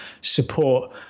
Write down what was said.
support